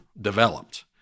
developed